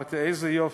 אמרתי: איזה יופי,